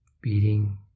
beating